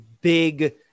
big